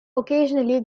occasionally